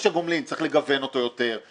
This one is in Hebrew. צריך לגוון יותר את רכש הגומלין,